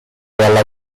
dalla